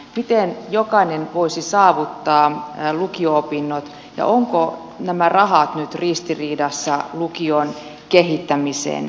miten jokainen voisi saavuttaa lukio opinnot ja ovatko nämä rahat nyt ristiriidassa lukion kehittämisen kanssa